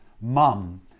mum